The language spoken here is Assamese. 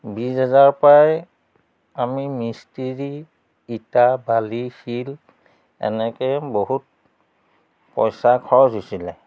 বিছ হেজাৰ পৰাই আমি মিস্ত্ৰী ইটা বালি শিল এনেকৈ বহুত পইচা খৰচ হৈছিলে